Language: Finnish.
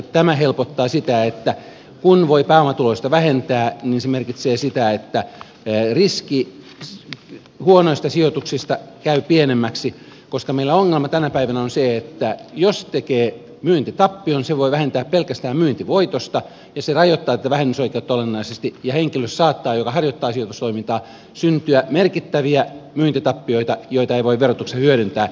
tämä helpottaa sitä että kun voi pääomatuloista vähentää niin se merkitsee sitä että riski huonoista sijoituksista käy pienemmäksi koska meillä ongelma tänä päivänä on se että jos tekee myyntitappion sen voi vähentää pelkästään myyntivoitosta ja se rajoittaa tätä vähennysoikeutta olennaisesti ja henkilölle joka harjoittaa sijoitustoimintaa saattaa syntyä merkittäviä myyntitappioita joita ei voi verotuksessa hyödyntää